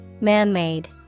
man-made